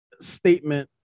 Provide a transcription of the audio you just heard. statement